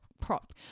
prop